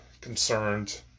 concerned